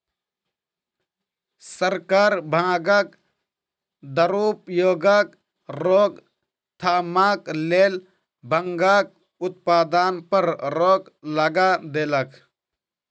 सरकार भांगक दुरुपयोगक रोकथामक लेल भांगक उत्पादन पर रोक लगा देलक